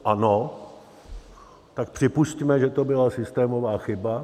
Ano, tak připusťme, že to byla systémová chyba.